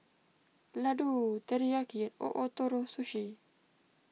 Ladoo Teriyaki and O Ootoro Sushi